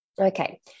Okay